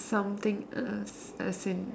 something else as in